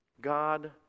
God